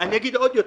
אני אגיד עוד יותר,